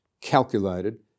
calculated